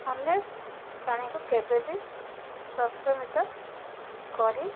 ଅନ୍ୟ ପ୍ରାଣୀକୁ କେବେ ବିି ସଂକ୍ରମିତ କରି